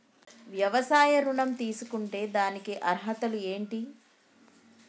వ్యవసాయ ఋణం తీసుకుంటే దానికి అర్హతలు ఏంటి?